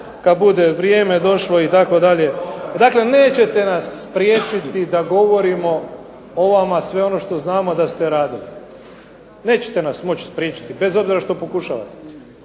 kad bude vrijeme došlo itd. Dakle, nećete nas spriječiti da govorimo o vama sve ono što znamo da ste radili. Nećete nas moći spriječiti bez obzira što pokušavate.